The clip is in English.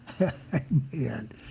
Amen